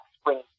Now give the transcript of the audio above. spring